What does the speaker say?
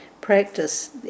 practice